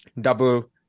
Double